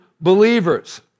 believers